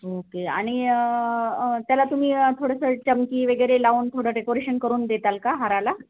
okay आणि त्याला तुम्ही थोडंसं चमकी वेगेरे लावून थोडं डेकोरेशन करून देता का हाराला